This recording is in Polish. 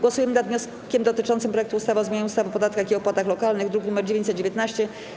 Głosujemy nad wnioskiem dotyczącym projektu ustawy o zmianie ustawy o podatkach i opłatach lokalnych, druk nr 919.